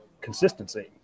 Consistency